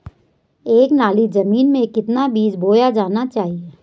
एक नाली जमीन में कितना बीज बोया जाना चाहिए?